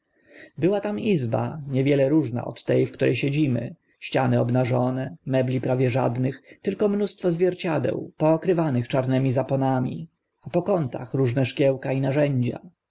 była tam izba niewiele różna od te w które siedzimy ściany obnażone mebli prawie żadnych tylko mnóstwo zwierciadeł pookrywanych czarnymi zaponami a po kątach różne szkiełka i narzędzia